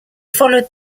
followed